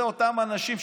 אלה אותם אנשים,